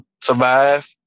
survive